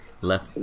Left